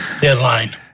deadline